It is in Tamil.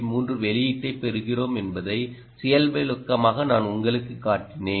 3 வெளியீட்டைப் பெறுகிறோம் என்பதை செயல்விளக்கமாக நான் உங்களுக்குக் காட்டினேன்